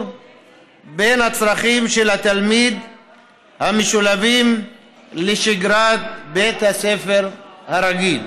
בין הצרכים של התלמיד המשולב לשגרת בית הספר הרגיל.